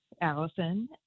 Allison